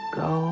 go